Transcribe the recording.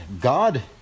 God